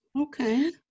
Okay